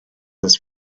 this